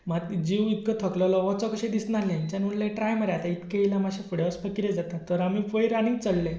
मागीर जीव इतलो थकलेलो वचों कशें दिसनासलें हेंच्यांनी म्हणलें ट्राय मारया आतां इतके येयल्या मातशें फुडें वचपाक कितें जाता तर आमी वयर आनीक चडले